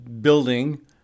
building